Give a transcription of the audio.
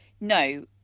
No